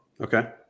Okay